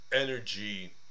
energy